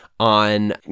on